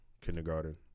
kindergarten